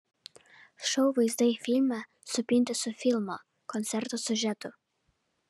šou vaizdai filme supinti su filmo koncerto siužetu